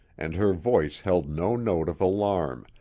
and her voice held no note of alarm,